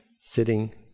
sitting